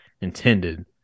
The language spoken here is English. intended